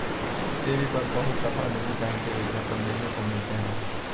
TV पर बहुत दफा निजी बैंक के विज्ञापन देखने को मिलते हैं